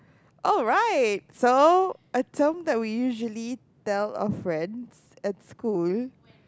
alright so a term that we usually tell our friend at school